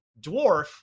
Dwarf